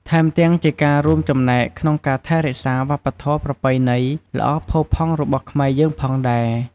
ថែមទាំងជាការរួមចំណែកក្នុងការថែរក្សាវប្បធម៌ប្រពៃណីល្អផូរផង់របស់ខ្មែរយើងផងដែរ។